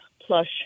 plush